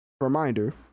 reminder